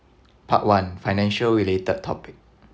part one financial related topic